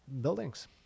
buildings